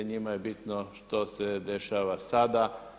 Njima je bitno što se dešava sada.